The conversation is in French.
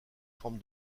forme